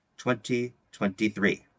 2023